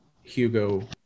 Hugo